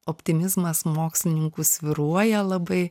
optimizmas mokslininkų svyruoja labai